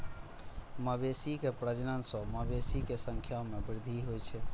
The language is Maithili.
मवेशी के प्रजनन सं मवेशी के संख्या मे वृद्धि होइ छै